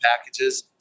packages